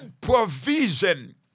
provision